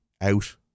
out